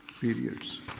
periods